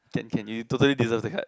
can can you totally deserve the card